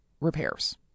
repairs